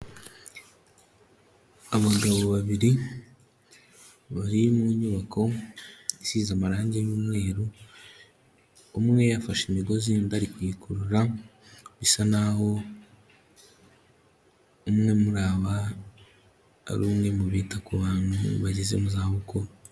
Abagabo babiri bari mu nyubako isize amarangi y'umweru, umwe yafashe imigozi undi ari kuyikurura, bisa naho umwe muri aba ari umwe mu bita ku bantu bageze mu zabukuru.